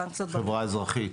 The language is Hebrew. חברה אזרחית.